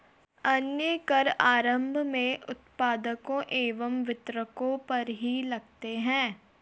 अन्य कर आरम्भ में उत्पादकों एवं वितरकों पर ही लगते हैं